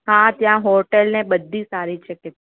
હા ત્યાં હોટેલ ને બધી સારી છે